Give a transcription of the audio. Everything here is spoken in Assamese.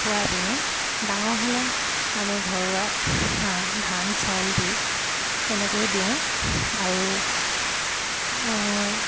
খোৱাই পিনে ডাঙৰ হ'লে আমি ঘৰুৱা হাঁহ ধান চাউল দি তেনেকৈয়ে দিওঁ আৰু